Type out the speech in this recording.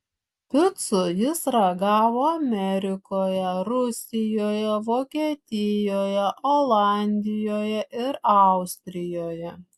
picų jis ragavo amerikoje rusijoje vokietijoje olandijoje ir austrijoje